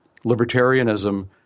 libertarianism